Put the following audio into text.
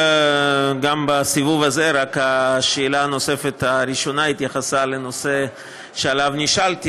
גם בסיבוב הזה רק השאלה הנוספת הראשונה התייחסה לנושא שעליו נשאלתי,